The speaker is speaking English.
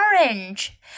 orange